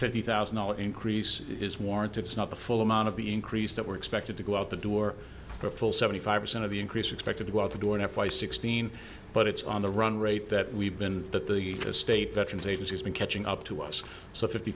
fifty thousand dollars increase is warranted it's not the full amount of the increase that we're expected to go out the door for a full seventy five percent of the increase expected to go out the door in f y sixteen but it's on the run rate that we've been that the state veterans agency has been catching up to us so fifty